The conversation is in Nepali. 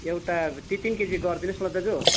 एउटा ती तिन केजी गरिदिनुहोस् न ल दाजु